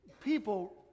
people